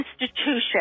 institution